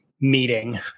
meeting